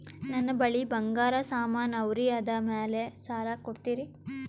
ನನ್ನ ಬಳಿ ಬಂಗಾರ ಸಾಮಾನ ಅವರಿ ಅದರ ಮ್ಯಾಲ ಸಾಲ ಕೊಡ್ತೀರಿ?